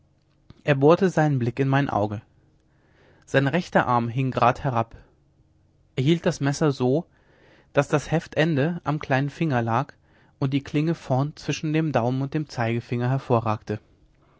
er bohrte seinen blick in mein auge sein rechter arm hing grad herab er hielt das messer so daß das heftende am kleinen finger lag und die klinge vorn zwischen dem daumen und dem zeigefinger hervorragte